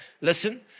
Listen